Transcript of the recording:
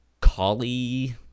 collie